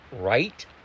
right